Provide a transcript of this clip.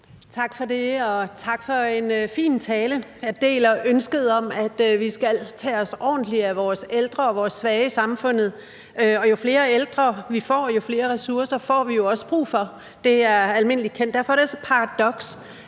Tak for det. Og tak for en fin tale. Jeg deler ønsket om, at vi skal tage os ordentligt af vores ældre og vores svage i samfundet, og jo flere ældre vi får, jo flere ressourcer får vi jo også brug for – det er almindelig kendt. Derfor er det også et paradoks,